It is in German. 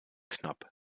knapp